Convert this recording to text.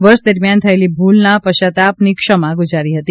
વર્ષ દરમિયાન થયેલી ભૂલના પશ્વાતાપની ક્ષમા ગૂજારી હતી